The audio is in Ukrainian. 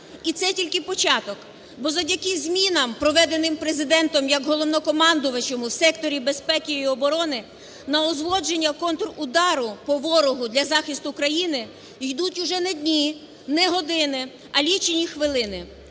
І це тільки початок. Бо завдяки змінам, проведеним Президентом як Головнокомандувачем у секторі безпеки і оборони на узгодження контрудару по ворогу для захисту країни йдуть уже не дні, не години, а лічені хвилини.